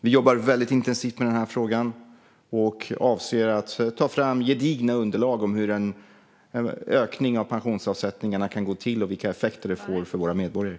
Vi jobbar väldigt intensivt med den här frågan och avser att ta fram gedigna underlag om hur en ökning av pensionsavsättningarna kan gå till och vilka effekter den får för våra medborgare.